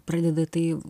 pradeda tai